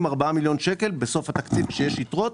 ארבעה מיליון שקלים בסוף התקציב כשיש יתרות,